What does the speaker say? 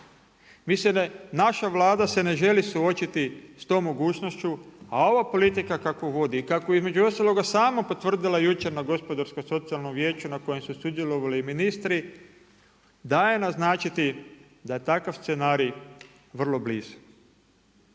na ulice. Naša Vlada se ne želi suočiti sa tom mogućnošću, a ova politika kakvu vodi i kakvu je između ostaloga sama potvrdila jučer na Gospodarskom socijalnom vijeću na kojem su sudjelovali i ministri daje naznačiti da je takav scenarij vrlo blizu.